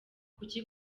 kuki